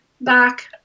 back